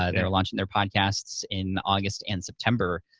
ah they're launching their podcasts in august and september